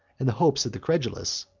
and the hopes of the credulous,